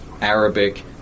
Arabic